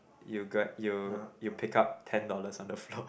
you got you you pick up ten dollars on the floor